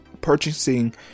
purchasing